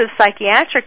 psychiatric